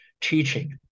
teaching